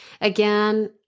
Again